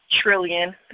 trillion